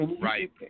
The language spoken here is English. right